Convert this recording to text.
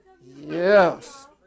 Yes